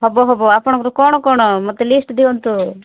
ହେବ ହେବ ଆପଣଙ୍କର କ'ଣ କ'ଣ ମୋତେ ଲିଷ୍ଟ ଦିଅନ୍ତୁ